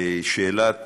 בשאלת